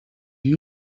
you